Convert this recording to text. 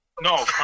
No